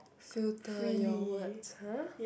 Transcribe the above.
filter your words !huh!